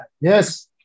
Yes